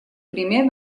primer